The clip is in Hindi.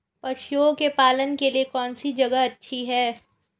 पशुओं के पालन के लिए कौनसी जगह अच्छी है?